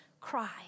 cry